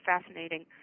fascinating